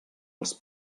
els